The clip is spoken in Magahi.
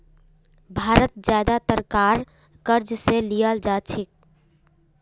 भारत ज्यादातर कार क़र्ज़ स लीयाल जा छेक